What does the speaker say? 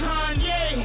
Kanye